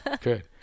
Good